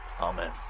Amen